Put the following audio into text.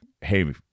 hey